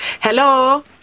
hello